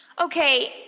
Okay